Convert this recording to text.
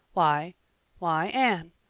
why why anne,